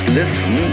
listen